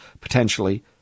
potentially